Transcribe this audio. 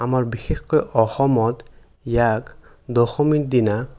আমাৰ বিশেষকৈ অসমত ইয়াক দশমীৰ দিনা